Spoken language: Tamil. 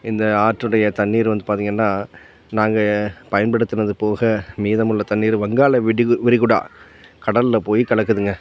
இந்த ஆற்றுடைய தண்ணீர் வந்து பார்த்தீங்கன்னா நாங்கள் பயன்படுத்துனது போக மீதமுள்ள தண்ணீர் வங்காள விடி விரிகுடா கடல்ல போய் கலக்குதுங்க